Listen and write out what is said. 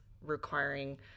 requiring